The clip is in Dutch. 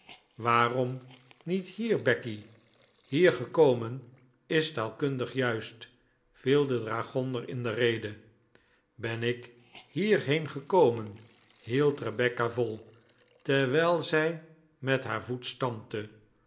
waarom niet hier becky hier gekomen is taalkundig juist viel de dragonder in de rede ben ik hierheen gekomen hield rebecca vol terwijl zij met haar voet stampte